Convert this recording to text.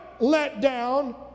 letdown